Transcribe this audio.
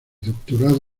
doctorado